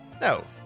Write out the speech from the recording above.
No